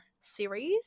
series